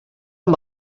amb